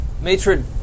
Matred